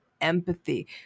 empathy